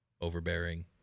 overbearing